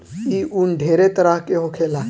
ई उन ढेरे तरह के होखेला